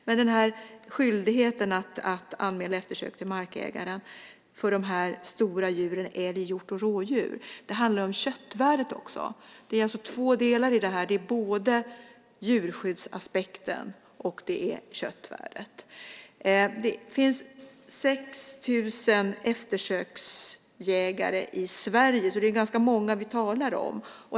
Men skyldigheten att anmäla eftersök till markägaren för de stora djuren älg, hjort och rådjur handlar också om köttvärdet. Det finns alltså två delar i det här: både djurskyddsaspekten och köttvärdet. Det finns 6 000 eftersöksjägare i Sverige, så det är ganska många vi talar om.